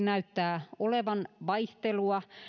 näyttää olevan vaihtelua